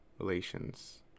relations